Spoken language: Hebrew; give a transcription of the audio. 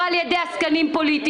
לא על ידי עסקנים פוליטיים.